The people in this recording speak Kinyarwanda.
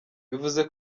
bivuze